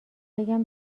بگم